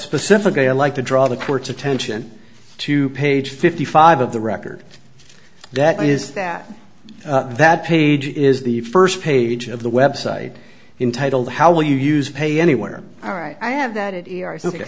specifically i'd like to draw the court's attention to page fifty five of the record that is that that page is the first page of the website in title how will you use pay anywhere all right i have that it is ok